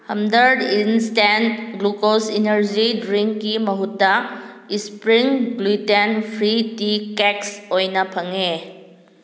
ꯍꯝꯗꯔꯠ instant glucose energy ꯗ꯭ꯔꯤꯡꯀꯤ ꯃꯍꯨꯠꯇꯥ ꯏꯁꯄ꯭ꯔꯤꯡ ꯒ꯭ꯂꯨꯇꯦꯟ ꯐ꯭ꯔꯤ ꯇꯤ ꯀꯦꯛꯁ ꯑꯣꯏꯅ ꯐꯪꯉꯦ